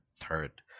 Third